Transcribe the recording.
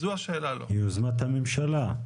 היא יוזמת הממשלה.